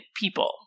people